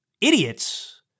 idiots